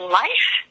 life